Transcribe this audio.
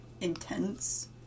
intense